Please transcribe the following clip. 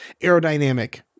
aerodynamic